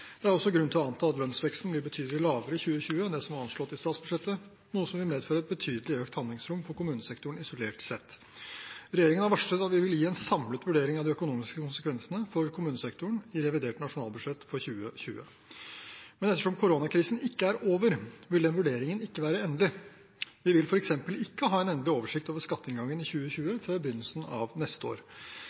Det er også grunn til å anta at lønnsveksten blir betydelig lavere i 2020 enn det som var anslått i statsbudsjettet, noe som vil medføre et betydelig økt handlingsrom for kommunesektoren isolert sett. Regjeringen har varslet at vi vil gi en samlet vurdering av de økonomiske konsekvensene for kommunesektoren i revidert nasjonalbudsjett for 2020. Men ettersom koronakrisen ikke er over, vil den vurderingen ikke være endelig. Vi vil f.eks. ikke ha en endelig oversikt over skatteinngangen i 2020 før begynnelsen av neste år.